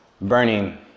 burning